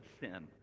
sin